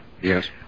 yes